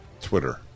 Twitter